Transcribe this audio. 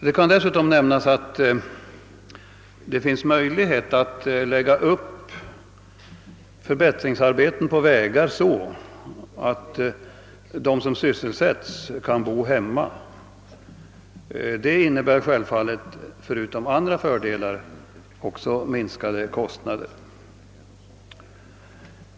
Det kan dessutom nämnas att det finns möjlighet att lägga upp förbättringsarbeten på vägar så, att de som sysselsätts kan bo hemma. Detta innebär självfallet förutom andra fördelar också minskade kostnader.